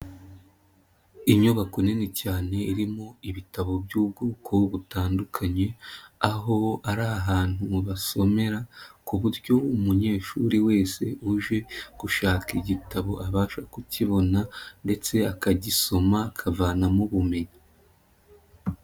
Inyubako nini cyane irimo ibitabo by'ubwoko butandukanye, aho ari ahantu basomera ku buryo umunyeshuri wese uje gushaka igitabo abasha kukibona ndetse akagisoma, akavanamo ubumenyi.